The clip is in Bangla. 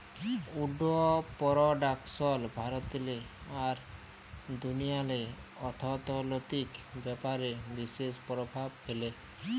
উড পরডাকশল ভারতেল্লে আর দুনিয়াল্লে অথ্থলৈতিক ব্যাপারে বিশেষ পরভাব ফ্যালে